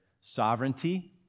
sovereignty